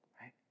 right